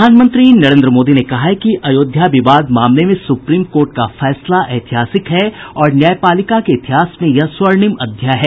प्रधानमंत्री नरेन्द्र मोदी ने कहा है कि अयोध्या विवाद मामले में सुप्रीम कोर्ट का फैसला ऐतिहासिक है और न्यायपालिका के इतिहास में यह स्वर्णिम अध्याय है